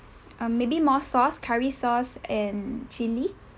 um maybe more sauce curry sauce and chilli